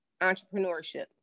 entrepreneurship